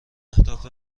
اهداف